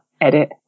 edit